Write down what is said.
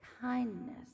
Kindness